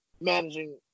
managing